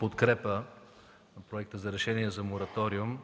подкрепа на Проекта на решение за мораториум